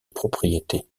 propriété